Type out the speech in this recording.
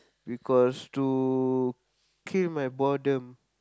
because to kill my boredom